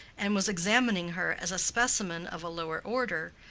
and was examining her as a specimen of a lower order,